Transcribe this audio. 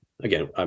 Again